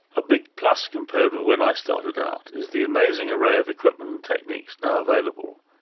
a big plus compared with when i started out is the amazing array of equipment and techniques now available,